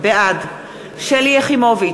בעד שלי יחימוביץ,